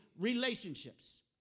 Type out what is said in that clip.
relationships